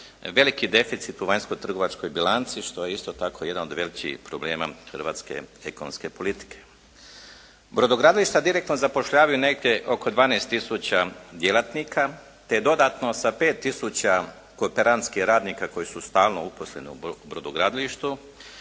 veliki deficit u vanjskotrgovačkoj bilanci što je isto tako jedan od velikih problema hrvatske ekonomske politike. Brodogradilišta direktno zapošljavaju negdje oko 12 tisuća djelatnika te dodatno sa 5 tisuća kooperantskih radnika koji su stalno uposleni u brodogradilištu